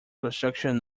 construction